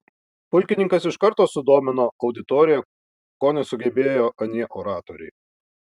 pulkininkas iš karto sudomino auditoriją ko nesugebėjo anie oratoriai